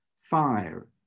fire